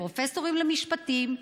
לפרופסורים למשפטים,